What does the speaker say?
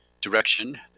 direction